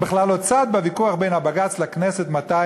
הם בכלל לא צד בוויכוח בין בג"ץ לכנסת מתי